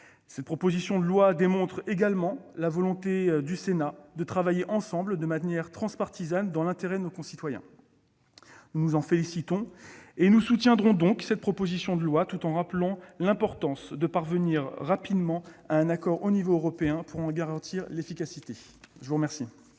Ce texte démontre également la volonté du Sénat de travailler ensemble, de manière transpartisane, dans l'intérêt de nos concitoyens. Nous nous en félicitons et nous soutiendrons cette proposition de loi, tout en rappelant l'importance de parvenir rapidement à un accord au plan européen pour en garantir l'efficacité. La parole